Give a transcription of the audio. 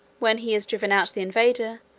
when he has driven out the invader,